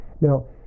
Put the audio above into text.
Now